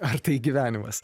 ar tai gyvenimas